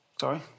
Sorry